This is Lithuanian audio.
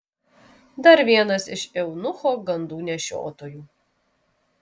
dar vienas iš eunucho gandų nešiotojų